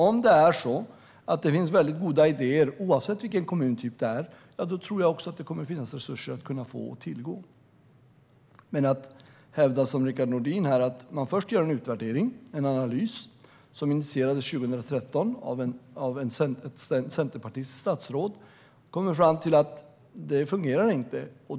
Om det finns väldigt goda idéer, oavsett vilken kommuntyp det är, tror jag också att det kommer att finnas resurser att tillgå. Det har först gjorts en utvärdering, en analys, som initierades 2013 av ett centerpartistiskt statsråd, där man kom fram till att det inte fungerar.